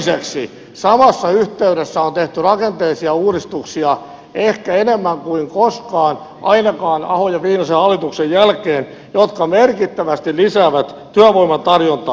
toiseksi samassa yhteydessä on tehty rakenteellisia uudistuksia ehkä enemmän kuin koskaan ainakaan ahon ja viinasen hallituksen jälkeen jotka merkittävästi lisäävät työvoiman tarjontaa